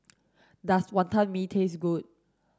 does Wonton Mee taste good